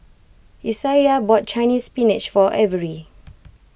Isaiah bought Chinese Spinach for Avery